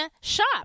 shop